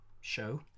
show